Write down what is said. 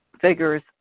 figures